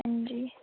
हां जी